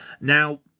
Now